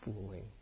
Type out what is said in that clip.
fooling